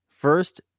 First